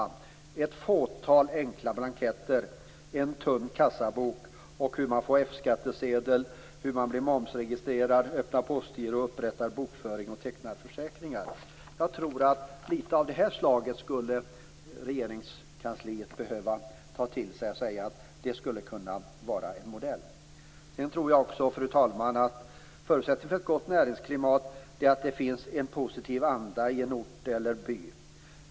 Det innehåller ett fåtal enkla blanketter, en tunn kassabok, hur man får F-skattsedel, hur man blir momsregistrerad, öppnar postgiro, upprättar bokföring och tecknar försäkringar. Jag tror att Regeringskansliet skulle behöva ta till sig litet av det här slaget och säga att det skulle kunna vara en modell. Sedan tror jag också, fru talman, att förutsättningen för ett gott näringsklimat är att det finns en positiv anda på en ort eller i en by.